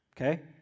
okay